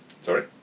Sorry